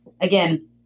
again